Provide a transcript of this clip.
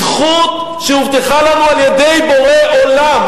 בזכות שהובטחה לנו על-ידי בורא עולם.